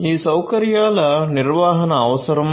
ఈ సౌకర్యాల నిర్వహణ అవసరం